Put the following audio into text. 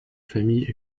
familles